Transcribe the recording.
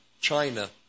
China